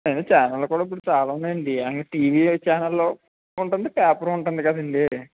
అయినా ఛానెళ్లు కూడా ఇప్పుడు చాలా ఉన్నాయండి టీవీలో ఛానెలు ఉంటుంది పేపరు ఉంటుంది కదండి